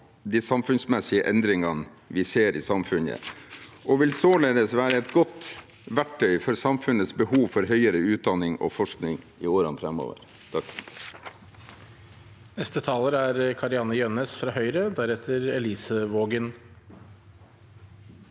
de samfunnsmessige endringene vi ser i samfunnet, og den vil således være et godt verktøy for samfunnets behov for høyere utdanning og forskning i årene framover.